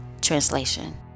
Translation